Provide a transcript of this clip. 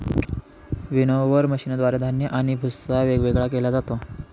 winnower मशीनद्वारे धान्य आणि भुस्सा वेगवेगळा केला जातो